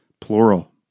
plural